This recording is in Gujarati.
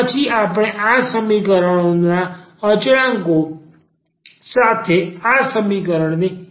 પછી આપણે આ એકીકરણના અચળાંકો સાથે આ સમીકરણને એકીકૃત કરી શકીએ છીએ